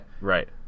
Right